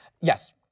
Yes